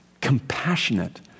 compassionate